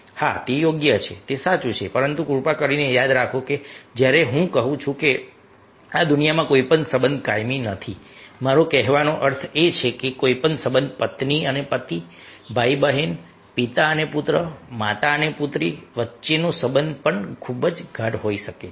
હા તે યોગ્ય છે તે સાચું છે પરંતુ કૃપા કરીને યાદ રાખો કે જ્યારે હું કહું છું કે આ દુનિયામાં કોઈ પણ સંબંધ કાયમી નથી મારો કહેવાનો અર્થ એ છે કે કોઈપણ સંબંધ પત્ની અને પતિ ભાઈ બહેન પિતા અને પુત્ર માતા અને પુત્રી વચ્ચેનો પણ ખૂબ જ ગાઢ સંબંધ હોઈ શકે છે